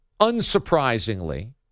unsurprisingly